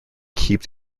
keep